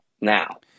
now